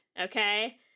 Okay